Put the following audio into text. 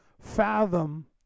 fathom